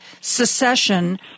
secession